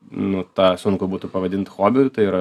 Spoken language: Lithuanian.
nu tą sunku būtų pavadint hobiu tai yra